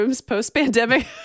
post-pandemic